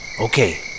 Okay